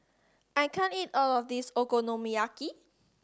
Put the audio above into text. I can't eat all of this Okonomiyaki